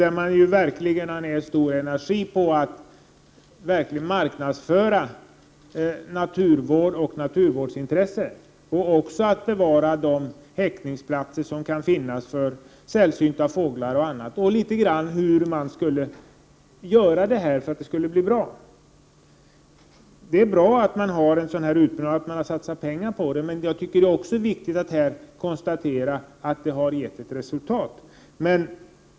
Där lade man verkligen ner stor energi på att marknadsföra naturvården och intresset för att bevara de häckningsplatser som kan finnas för sällsynta fåglar. Det är bra att det satsas pengar på sådan utbildning, och jag tycker att det är viktigt att konstatera att det också har gett resultat.